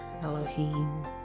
Elohim